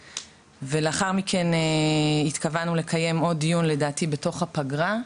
ולדעתי לאחר מכן התכוונו לקיים עוד דיון בתוך הפגרה,